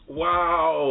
wow